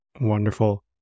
wonderful